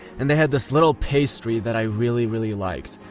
and they had this little pastry that i really really liked.